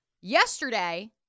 Yesterday